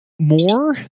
more